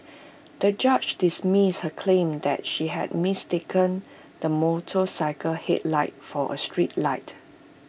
the judge dismissed her claim that she had mistaken the motorcycle's headlight for A street light